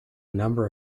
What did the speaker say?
number